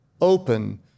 open